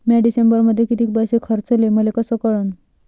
म्या डिसेंबरमध्ये कितीक पैसे खर्चले मले कस कळन?